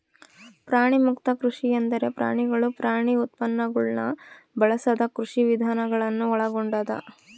ಪ್ರಾಣಿಮುಕ್ತ ಕೃಷಿ ಎಂದರೆ ಪ್ರಾಣಿಗಳು ಪ್ರಾಣಿ ಉತ್ಪನ್ನಗುಳ್ನ ಬಳಸದ ಕೃಷಿವಿಧಾನ ಗಳನ್ನು ಒಳಗೊಂಡದ